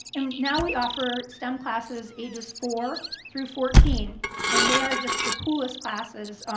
i mean now we offer stem classes ages four through fourteen and they are just the coolest classes,